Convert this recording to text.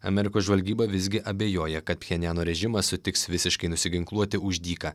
amerikos žvalgyba visgi abejoja kad pjenjano režimas sutiks visiškai nusiginkluoti už dyką